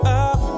up